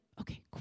okay